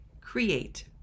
create